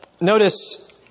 notice